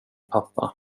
pappa